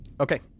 Okay